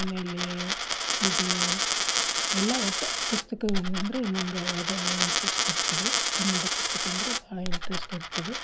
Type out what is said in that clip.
ಆಮೇಲೆ ಇದು ಎಲ್ಲ ಒಟ್ಟು ಪುಸ್ತಕವನ್ನು ಅಂದ್ರೆ ನಂಗೆ ಓದಲು ಇಂಟ್ರೆಸ್ಟ್ ಇರ್ತದೆ ಕನ್ನಡ ಪುಸ್ತಕ ಅಂದರೆ ಭಾಳ ಇಂಟ್ರೆಸ್ಟ್ ಇರ್ತದೆ